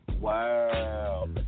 Wow